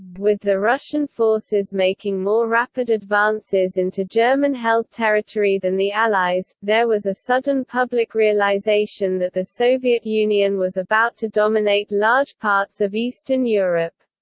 with the russian forces making more rapid advances into german-held territory than the allies, there was a sudden public realisation that the soviet union was about to dominate large parts of eastern europe.